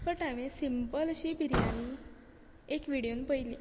but हांवें simple अशी बिरयानी एक विडयोन पयलीं